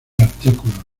artículos